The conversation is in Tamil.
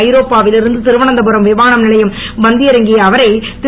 ஐரோப்பாவில் இருந்து திருவந்தபுரம் விமான நிலையம் வந்திறங்கிய அவரை திரு